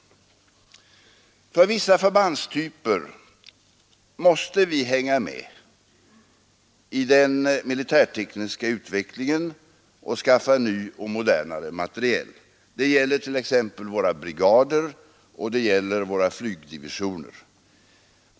När det gäller vissa förbandstyper måste vi hänga med i den militärtekniska utvecklingen och skaffa ny och modernare materiel. Detta är fallet t.ex. med våra brigader och våra flygdivisioner.